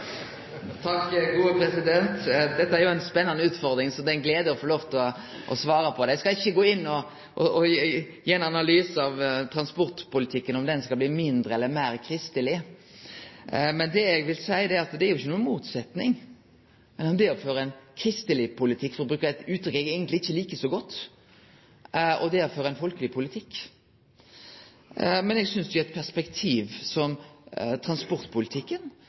Takk, gode president! Dette er jo ei spennande utfordring, så det er ei glede å få lov til å svare på det. Eg skal ikkje gå inn og gi ein analyse av transportpolitikken, om den skal bli mindre eller meir kristeleg. Men det eg vil seie, er at det jo ikkje er nokon motsetnad mellom det å føre ein kristeleg politikk – for å bruke eit uttrykk eg eigentleg ikkje liker så godt – og det å føre ein folkeleg politikk. Men eg synest at i eit transportpolitisk perspektiv handlar det om at me set som